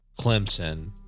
Clemson